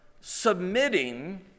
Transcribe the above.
submitting